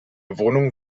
wohnung